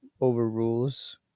overrules